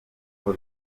uko